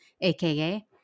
AKA